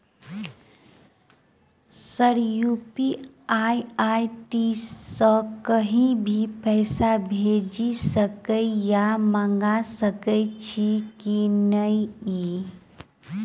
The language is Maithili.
सर यु.पी.आई आई.डी सँ कहि भी पैसा भेजि सकै या मंगा सकै छी की न ई?